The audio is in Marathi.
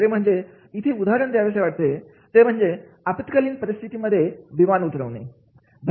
दुसरे म्हणजे इथे उदाहरण द्यावेसे वाटते ते म्हणजे आपत्कालीन परिस्थितीमध्ये विमान उतरवणे